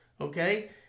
Okay